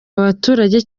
abaturage